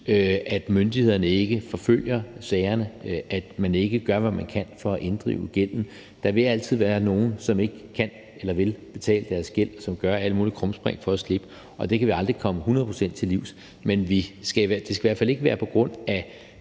at myndighederne ikke forfølger sagerne, eller at man ikke gør, hvad man kan for at inddrive gælden. Der vil altid være nogle, som ikke kan eller vil betale deres gæld, og som gør alle mulige krumspring for at slippe, og det kan vi aldrig komme hundrede procent til livs, men det skal i hvert fald ikke være på grund af